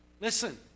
Listen